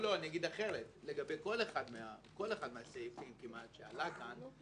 לגבי כמעט כל אחד מהסעיפים שעלה כאן.